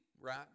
right